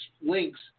links